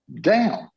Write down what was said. down